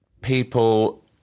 people